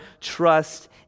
trust